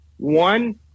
One